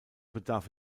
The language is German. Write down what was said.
bedarf